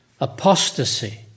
Apostasy